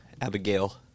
Abigail